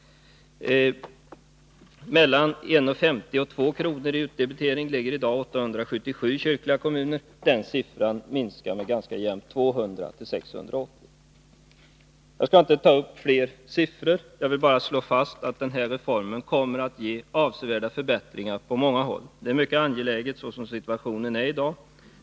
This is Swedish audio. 877 kyrkliga kommuner har i dag en utdebitering på mellan 1:50 kr. och 2 kr. Den siffran minskar med ganska jämt 200 till 680. Jag skall inte ta upp fler siffror. Jag vill bara slå fast att den här reformen kommer att ge avsevärda förbättringar på många håll. Det är mycket angeläget, så som situationen i dag är.